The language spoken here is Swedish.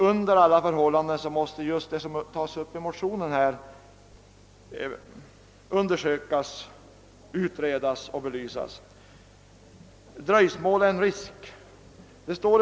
Under alla förhållanden måste de frågor som tas upp i motionen utredas och belysas. Det ligger fara i dröjsmål.